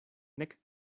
nek